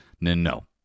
No